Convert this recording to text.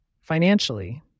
Financially